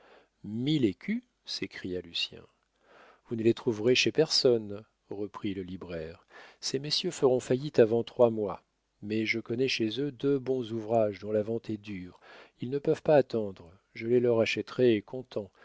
mille écus s'écria lucien vous ne les trouverez chez personne reprit le libraire ces messieurs feront faillite avant trois mois mais je connais chez eux deux bons ouvrages dont la vente est dure ils ne peuvent pas attendre je les leur achèterai comptant